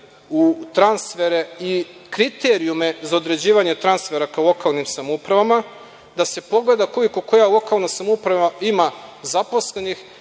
u transfere i kriterijume za određivanje transfera ka lokalnim samoupravama, da se pogleda koliko koja lokalna samouprava ima zaposlenih